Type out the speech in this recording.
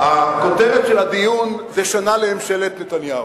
הכותרת של הדיון היא "שנה לממשלת נתניהו".